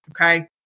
okay